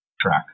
track